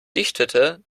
dichtete